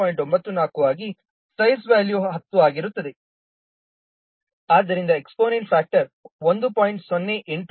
94 ಆಗಿ ಸೈಜ್ ವ್ಯಾಲ್ಯೂವು 10 ಆಗಿರುತ್ತದೆ ಆದ್ದರಿಂದ ಎಕ್ಸ್ಪೋನೆಂಟ್ ಫ್ಯಾಕ್ಟರ್ 1